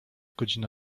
godzina